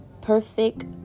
perfect